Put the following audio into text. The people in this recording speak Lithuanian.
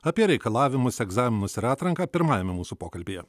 apie reikalavimus egzaminus ir atranką pirmajame mūsų pokalbyje